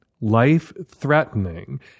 life-threatening